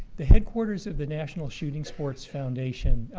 the headquarters of the national shooting sports foundation,